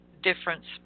difference